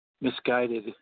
misguided